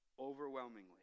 Overwhelmingly